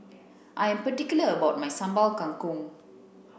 I am particular about my Sambal Kangkong